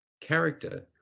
character